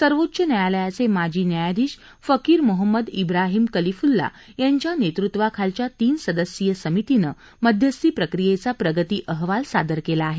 सर्वोच्च न्यायालयाचे माजी न्यायाधीश फकीर मोहम्मद इब्राहीम कलिफुल्ला यांच्या नेतृत्वाखालच्या तीन सदस्यीय समितीनं मध्यस्थी प्रक्रियेचा प्रगती अहवाल सादर केला आहे